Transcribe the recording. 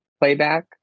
playback